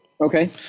Okay